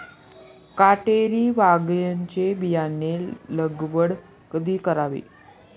काटेरी वांग्याची बियाणे लागवड कधी करावी?